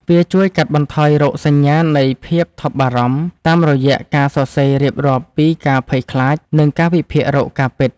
វាជួយកាត់បន្ថយរោគសញ្ញានៃភាពថប់បារម្ភ តាមរយៈការសរសេររៀបរាប់ពីការភ័យខ្លាច និងការវិភាគរកការពិត។